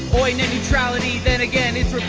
oy, net neutrality. then again, its